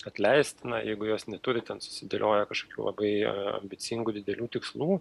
atleistina jeigu jos neturi ten susidėlioję kažkokių labai ambicingų didelių tikslų